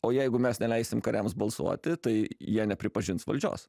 o jeigu mes neleisim kariams balsuoti tai jie nepripažins valdžios